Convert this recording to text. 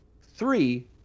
three